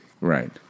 Right